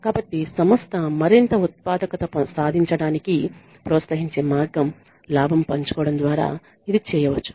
కాబట్టి సంస్థ మరింత ఉత్పాదకత సాధించడానికి ప్రోత్సహించే మార్గం లాభం పంచుకోవడం ద్వారా ఇది చేయవచ్చు